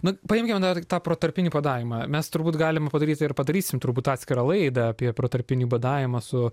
nu paimkim dar tą protarpinį badavimą mes turbūt galim padaryti ir padarysim turbūt atskirą laidą apie protarpinį badavimą su